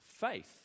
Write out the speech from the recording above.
faith